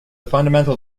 fundamental